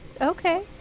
okay